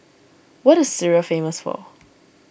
what is Syria famous for